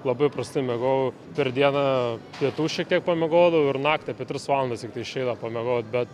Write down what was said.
labai prastai miegojau per dieną pietų šiek tiek pamiegodavau ir naktį apie tris valandas tiktai išeidavo pamiegot bet